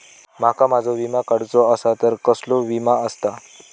माका माझो विमा काडुचो असा तर कसलो विमा आस्ता?